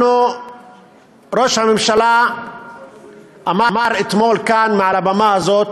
ראש הממשלה אמר אתמול כאן, מעל הבמה הזאת,